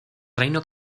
reino